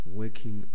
working